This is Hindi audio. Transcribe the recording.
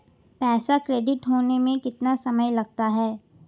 पैसा क्रेडिट होने में कितना समय लगता है?